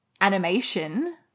animation